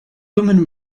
woman